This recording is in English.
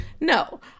No